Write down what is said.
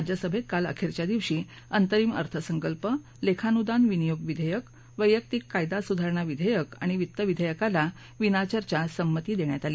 राज्यसभेत काल अखेरच्या दिवशी अंतरिम अर्थसंकल्प लेखानुदान विनियोग विधेयक वैयक्तिक कायदा सुधारणा विधेयक आणि वित्त विधेयकाला विनाचर्चा संमती देण्यात आली